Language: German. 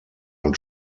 ein